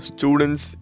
Students